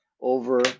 over